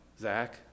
Zach